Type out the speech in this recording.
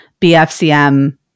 BFCM